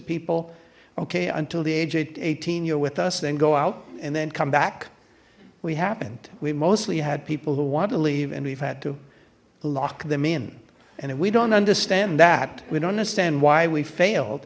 people okay until the age of eighteen you're with us then go out and then come back we haven't we mostly had people who want to leave and we've had to lock them in and we don't understand that we don't understand why we failed